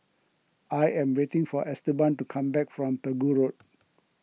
I am waiting for Esteban to come back from Pegu Road